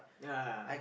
ah